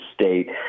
state